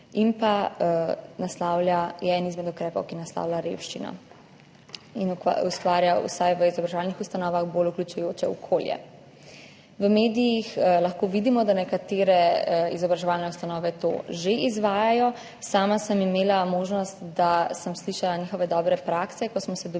In je eden izmed ukrepov, ki naslavljajo revščino in ustvarjajo vsaj v izobraževalnih ustanovah bolj vključujoče okolje. V medijih lahko vidimo, da nekatere izobraževalne ustanove to že izvajajo. Sama sem imela možnost, da sem slišala njihove dobre prakse, ko smo se dobili